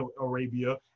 Arabia